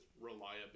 reliability